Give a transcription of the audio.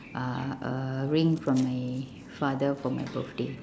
uh a ring from my father for my birthday